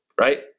right